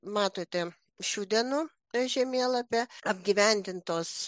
matote šių dienų žemėlapyje apgyvendintos